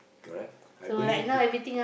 correct I believe he